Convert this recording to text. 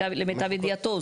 למיטב ידיעתו,